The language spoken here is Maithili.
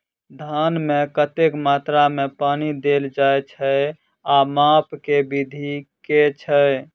धान मे कतेक मात्रा मे पानि देल जाएँ छैय आ माप केँ विधि केँ छैय?